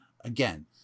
Again